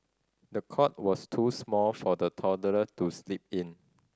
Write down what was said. the cot was too small for the toddler to sleep in